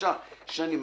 תשע שנים.